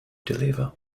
deliver